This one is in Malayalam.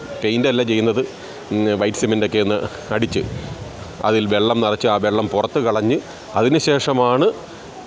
പെയിൻ്റ് അല്ല ചെയ്യുന്നത് വൈറ്റ് സിമൻ്റൊക്കെയൊന്ന് അടിച്ച് അതിൽ വെള്ളം നിറച്ച് ആ വെള്ളം പുറത്ത് കളഞ്ഞ് അതിന് ശേഷമാണ്